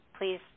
please